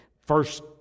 first